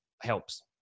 helps